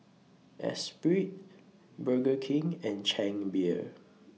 Espirit Burger King and Chang Beer